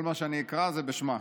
כל מה שאני אקרא זה בשמה.